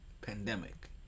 pandemic